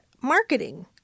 marketing